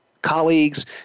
colleagues